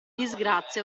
disgrazia